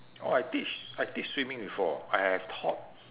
oh I teach I teach swimming before I have taught